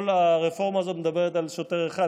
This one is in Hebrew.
כל הרפורמה הזאת מדברת על שוטר אחד,